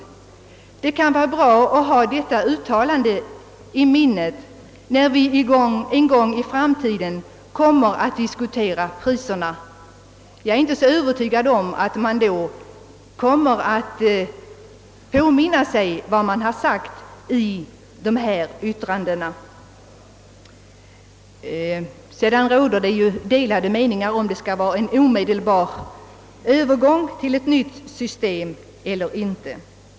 Det kan vara bra att hålla detta uttalande i minnet när vi någon gång i framtiden diskuterar priser. Jag är inte övertygad om att de nämnda organisationerna då kommer att minnas vad som sagts i dessa yttranden. Det råder delade meningar om huruvida man omedelbart skall övergå till helt fria affärstider nu eller avvakta en prövotid på fem år.